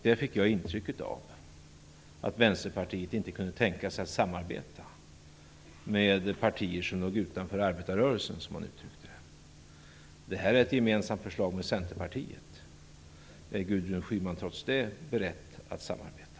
Där fick jag intrycket av att Vänsterpartiet inte kunde tänka sig att samarbeta med partier som låg utanför arbetarrörelsen, som man uttryckte det. Det här är ett gemensamt förslag med Centerpartiet. Är Gudrun Schyman trots det beredd att samarbeta?